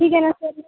ठीक है ना कर लें